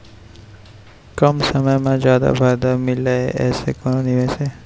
कम समय मा जादा फायदा मिलए ऐसे कोन निवेश हे?